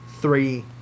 three